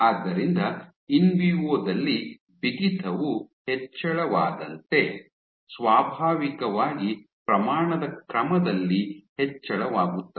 ಆದ್ದರಿಂದ ಇನ್ವಿವೊ ದಲ್ಲಿ ಬಿಗಿತವು ಹೆಚ್ಚಳವಾದಂತೆ ಸ್ವಾಭಾವಿಕವಾಗಿ ಪ್ರಮಾಣದ ಕ್ರಮದಲ್ಲಿ ಹೆಚ್ಚಳವಾಗುತ್ತದೆ